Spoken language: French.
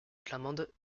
flamande